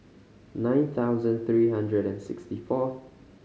nine thousand three hundred and sixty fourth